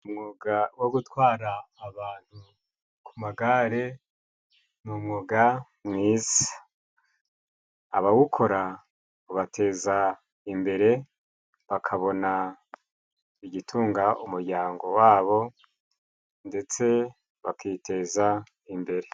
Umwuga wo gutwara abantu ku magare ni umwuga mwiza. Abawukora ubateza imbere bakabona igitunga umuryango wabo ndetse bakiteza imbere.